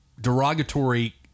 derogatory